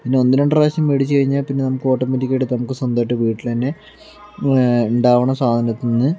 പിന്നെ ഒന്ന് രണ്ട് പ്രാവശ്യം മേടിച്ചു കഴിഞ്ഞാൽ പിന്നെ നമുക്ക് ഓട്ടോമാറ്റിക്കായിട്ട് നമുക്ക് സ്വന്തമായിട്ട് വീട്ടിൽ തന്നെ ഉണ്ടാവണ സാധനത്തിൽ നിന്ന്